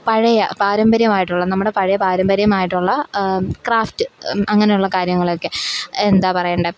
പഴയ പാരമ്പര്യമായിട്ടുള്ള നമ്മുടെ പഴയ പാരമ്പര്യമായിട്ടുള്ള ക്രാഫ്റ്റ് അങ്ങനെയുള്ള കാര്യങ്ങളൊക്കെ എന്താ പറയേണ്ടെ